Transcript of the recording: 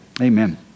Amen